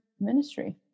ministry